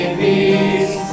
peace